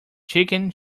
chicken